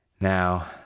Now